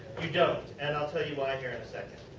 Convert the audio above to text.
you don't. and i will tell you why here in a second.